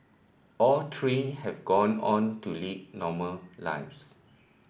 all three have gone on to lead normal lives